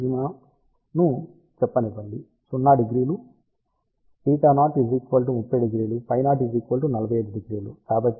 beam మాగ్జిమాను వద్ద చెప్పనివ్వండి θ0 300 φ0 450